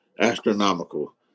Astronomical